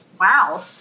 wow